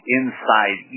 inside